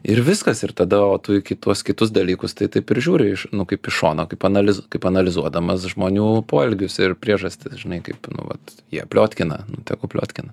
ir viskas ir tada o tu iki tuos kitus dalykus tai taip ir žiūri iš nu kaip iš šono kaip analiz kaip analizuodamas žmonių poelgius ir priežastis žinai kaip nu vat jie pliotkina nu tegu pliotkina